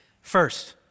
First